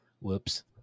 whoops